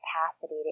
capacity